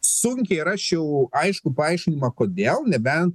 sunkiai rasčiau aiškų paaiškinimą kodėl neben